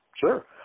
Sure